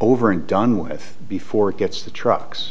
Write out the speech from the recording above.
over and done with before it gets the trucks